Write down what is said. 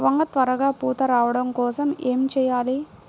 వంగ త్వరగా పూత రావడం కోసం ఏమి చెయ్యాలి?